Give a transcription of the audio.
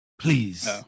Please